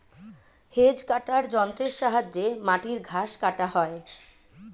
hedge কাটার যন্ত্রের সাহায্যে মাটির ঘাস কাটা হয়